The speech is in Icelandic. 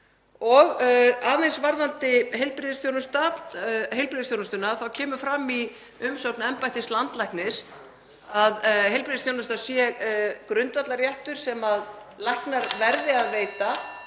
Og aðeins varðandi heilbrigðisþjónustuna þá kemur fram í umsögn embættis landlæknis að heilbrigðisþjónustan sé grundvallarréttur sem læknar verði að veita